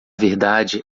verdade